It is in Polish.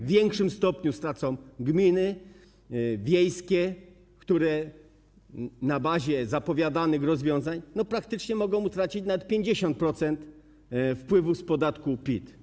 W większym stopniu stracą gminy wiejskie, które na bazie zapowiadanych rozwiązań praktycznie mogą utracić nawet 50% wpływów z podatku PIT.